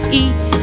eat